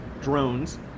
drones